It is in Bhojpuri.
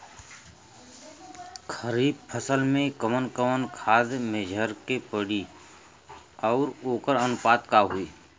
खरीफ फसल में कवन कवन खाद्य मेझर के पड़ी अउर वोकर अनुपात का होई?